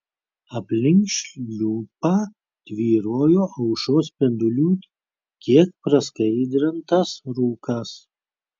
aplink šliupą tvyrojo aušros spindulių kiek praskaidrintas rūkas